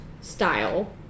style